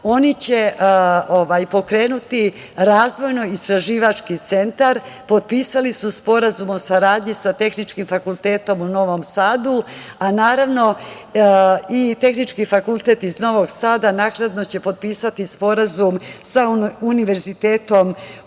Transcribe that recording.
Oni će pokrenuti razvojno-istraživački centar, potpisali su sporazum o saradnji sa Tehničkim fakultetom u Novom Sadu, a Tehnički fakultet iz Novog Sada naknadno će potpisati sporazum sa Univerzitetom